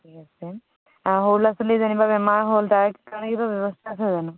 ঠিক আছে অঁ সৰু ল'ৰা ছোৱালী যেনিবা বেমাৰ হ'ল তাৰে তাৰ কিবা ব্যৱস্থা আছে জানো